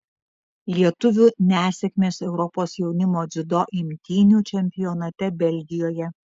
lietuvių nesėkmės europos jaunimo dziudo imtynių čempionate belgijoje